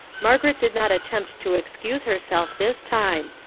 margaret did not attempt to excuse herself this time,